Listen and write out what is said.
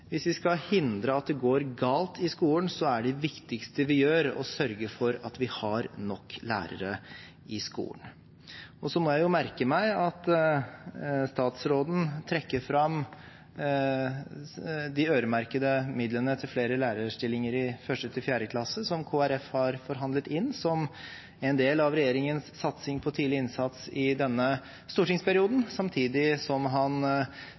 Hvis vi skal hindre at det går galt i skolen, er det viktigste vi gjør, å sørge for at vi har nok lærere i skolen. Så må jeg merke meg at statsråden trekker fram de øremerkede midlene til flere lærerstillinger i 1.–4. klasse, som Kristelig Folkeparti har forhandlet inn, som en del av regjeringens satsing på tidlig innsats i denne stortingsperioden – samtidig som han